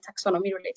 taxonomy-related